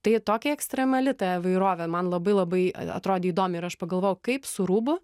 tai tokia ekstremali ta įvairovė man labai labai atrodė įdomi ir aš pagalvojau kaip su rūbu